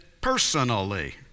personally